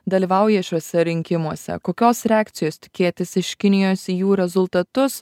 dalyvauja šiuose rinkimuose kokios reakcijos tikėtis iš kinijos į jų rezultatus